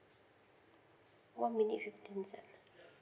one minute fifteen seconds